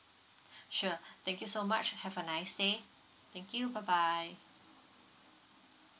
sure thank you so much have a nice day thank you bye bye